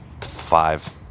five